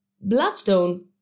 Bloodstone